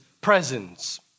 presence